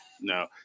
no